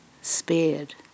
spared